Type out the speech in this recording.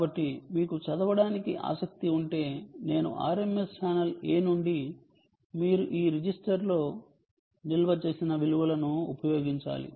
కాబట్టి మీకు చదవడానికి ఆసక్తి ఉంటే నేను RMS ఛానెల్ A నుండి మీరు ఈ రిజిస్టర్లో ఈ రిజిస్టర్లో నిల్వ చేసిన విలువలను ఉపయోగించాలి